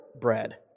bread